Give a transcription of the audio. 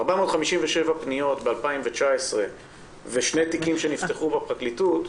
457 פניות בשנת 2019 ושני תיקים שנפתחו בפרקליטות,